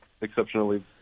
exceptionally